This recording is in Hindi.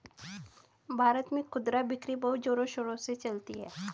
भारत में खुदरा बिक्री बहुत जोरों शोरों से चलती है